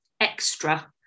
extra